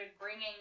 bringing